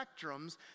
spectrums